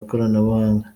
ikoranabuhanga